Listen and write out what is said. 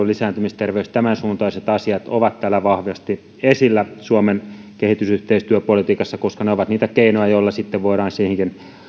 lisääntymisterveys tämänsuuntaiset asiat ovat vahvasti esillä suomen kehitysyhteistyöpolitiikassa koska ne ovat niitä keinoja joilla voidaan siihenkin